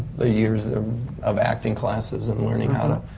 the years of. of acting classes and learning how to,